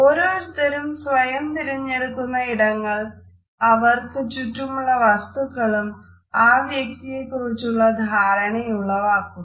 ഓരോരുത്തരും സ്വയം തെരഞ്ഞെടുക്കുന്ന ഇടങ്ങളും അവർക്ക് ചുറ്റുമുള്ള വസ്തുക്കളും ആ വ്യക്തിയെക്കുറിച്ചുള്ള ധാരണയുളവാക്കുന്നു